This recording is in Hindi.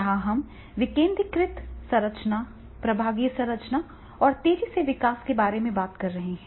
यहां हम विकेंद्रीकृत संरचना प्रभागीय संरचना और तेजी से विकास के बारे में बात कर रहे हैं